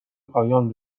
پایان